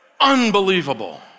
Unbelievable